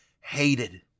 hated